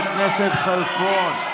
חבר הכנסת כלפון,